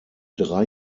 drei